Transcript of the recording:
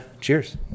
cheers